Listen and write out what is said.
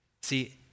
See